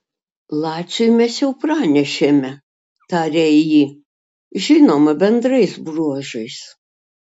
laciui mes jau pranešėme tarė ji žinoma bendrais bruožais